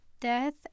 death